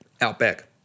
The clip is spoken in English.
Outback